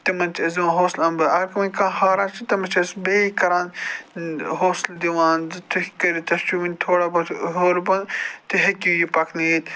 تِمن چھِ أسۍ دِوان حوصلہٕ امبہٕ اگر وۄنۍ کانٛہہ ہاران چھُ تٔمِس چھِ أسۍ بیٚیہِ کَران حوصلہٕ دِوان زِ تُہۍ کٔرِو تۄہہِ چھُو وٕنہِ تھوڑا بہت ہیوٚر بوٚن تُہۍ ہیٚکِو یہِ پَکنٲیِتھ